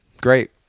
great